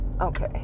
Okay